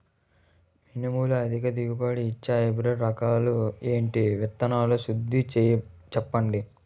మినుములు అధిక దిగుబడి ఇచ్చే హైబ్రిడ్ రకాలు ఏంటి? విత్తన శుద్ధి చెప్పండి?